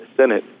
Senate